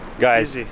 guys,